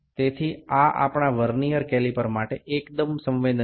সুতরাং এটি আমাদের ভার্নিয়ার ক্যালিপারের পক্ষে যথেষ্ট সংবেদনশীল